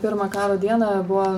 pirmą karo dieną buvo